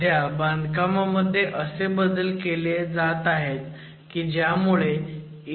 सध्या बांधकामामध्ये असे बदल केले हात आहेत की ज्यामुळे इन्फिल ला कमी नुकसान होईल